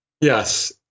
Yes